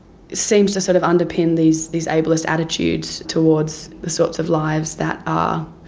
seems to sort of underpin these these ableist attitudes towards the sorts of lives that ah